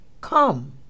Come